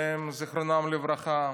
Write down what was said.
שניהם זיכרונם לברכה.